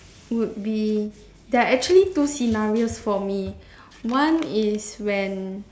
would be there are actually two scenarios for me one is when